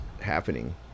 happening